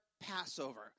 Passover